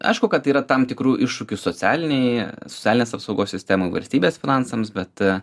aišku kad yra tam tikrų iššūkių socialinėj socialinės apsaugos sistemų valstybės finansams bet